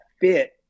fit